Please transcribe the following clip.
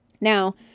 Now